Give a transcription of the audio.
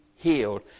Healed